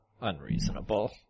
unreasonable